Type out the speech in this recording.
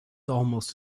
almost